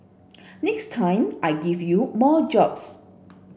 next time I give you more jobs